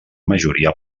majoria